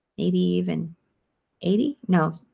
maybe even eighty, no,